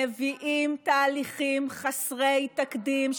מביאים תהליכים חסרי תקדים,